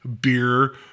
beer